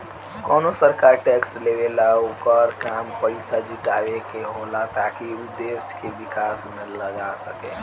कवनो सरकार टैक्स लेवेला ओकर काम पइसा जुटावे के होला ताकि उ देश के विकास में लगा सके